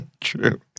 true